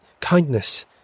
Kindness